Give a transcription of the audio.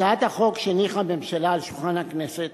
הצעת החוק שהניחה הממשלה על שולחן הכנסת